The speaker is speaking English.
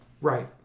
Right